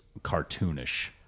cartoonish